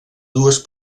dues